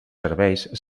serveis